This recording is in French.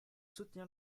soutenir